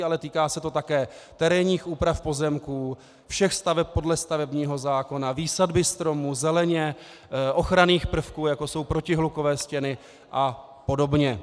Ale týká se to také terénních úprav pozemků, všech staveb podle stavebního zákona, výsadby stromů, zeleně, ochranných prvků, jako jsou protihlukové stěny apod.